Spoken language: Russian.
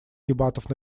дебатов